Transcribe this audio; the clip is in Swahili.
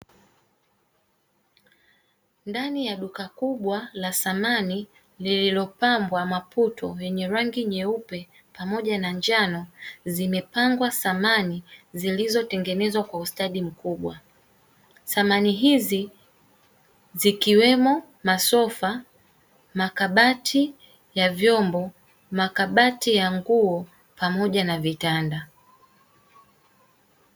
Ndani ya duka kubwa la samani lililopanbwa maputo yenye rangi nyeupe pamoja ba njano zimepangwa samani zilizotengenezwa kwa ustadi mkubwa; samani hizi zikiwemo masofa, makabati ya vyombo, makabati ya nguo pamoja na vitanda.